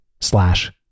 slash